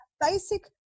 basic